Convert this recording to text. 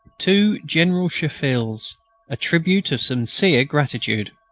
to general cherfils a tribute of sincere gratitude